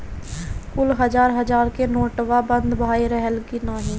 कुल हजार हजार के नोट्वा बंद भए रहल की नाही